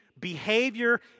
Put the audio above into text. behavior